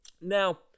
Now